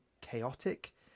chaotic